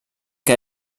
que